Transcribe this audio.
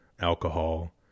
alcohol